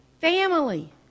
Family